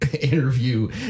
interview